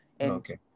Okay